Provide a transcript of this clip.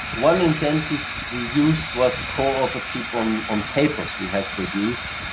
one incentive we used was co-authorship on on papers we have produced,